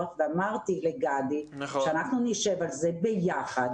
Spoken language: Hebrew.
ואמרתי לגדי שאנחנו נשב על זה ביחד,